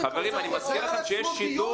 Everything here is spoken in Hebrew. חברים, אני מזכיר לכם שיש שידור.